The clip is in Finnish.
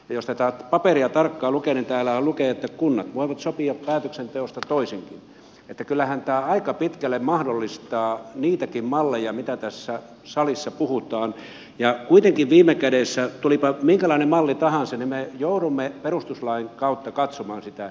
jos tätä paperia tarkkaan lukee niin täällähän lukee että kunnat voivat sopia päätöksenteosta toisinkin niin että kyllähän tämä aika pitkälle mahdollistaa niitäkin malleja mistä tässä salissa puhutaan ja kuitenkin viime kädessä tulipa minkälainen malli tahansa me joudumme perustuslain kautta katsomaan sitä